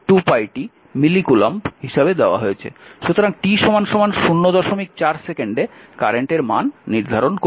সুতরাং t 04 সেকেন্ডে কারেন্টের মান নির্ধারণ করুন